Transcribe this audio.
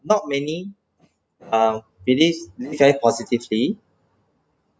not many uh believes very positively